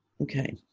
okay